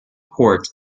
port